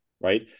right